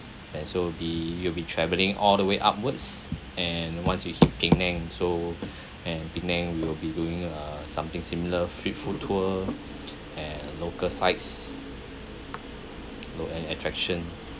and so you'll be you'll be travelling all the way upwards and once with penang so and penang we'll be doing err something similar street food tour and local sights lo~ and attraction